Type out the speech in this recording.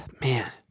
man